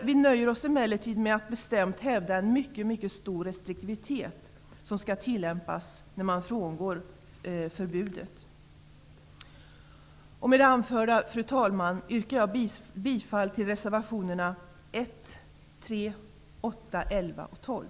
Vi nöjer oss emellertid med att bestämt hävda att en mycket stor restriktivitet skall tillämpas när man frångår förbudet. Fru talman! Med det anförda yrkar jag bifall till reservationerna 1, 3, 8, 11 och 12.